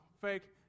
fake